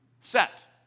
set